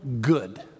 good